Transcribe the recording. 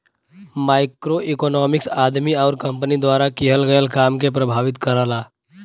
macroeconomics आदमी आउर company द्वारा किहल गयल काम के प्रभावित करला